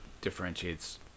differentiates